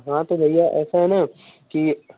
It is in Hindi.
हाँ तो भैया ऐसा है न कि